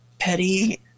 Petty